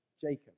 Jacob